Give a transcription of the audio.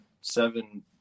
seven